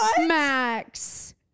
Max